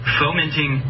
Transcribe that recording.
fomenting